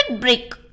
brick